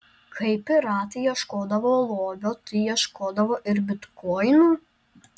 kai piratai ieškodavo lobio tai ieškodavo ir bitkoinų